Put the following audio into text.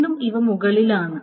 വീണ്ടും ഇവ മുകളിലാണ്